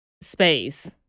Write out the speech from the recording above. space